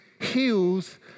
heals